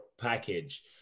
package